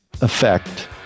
effect